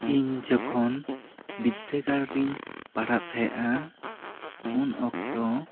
ᱤᱧ ᱡᱚᱠᱷᱚᱱ ᱵᱤᱫᱽᱫᱟᱹᱜᱟᱲ ᱨᱤᱧ ᱯᱟᱲᱦᱟᱜ ᱛᱟᱦᱮᱜᱼᱟ ᱩᱱ ᱚᱠᱛᱚ